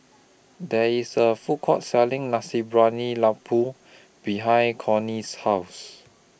There IS A Food Court Selling Nasi Briyani Lembu behind Cortney's House